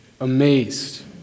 amazed